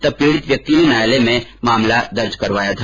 तब पीड़ित व्यक्ति ने न्यायालय में मामला दर्ज कराया था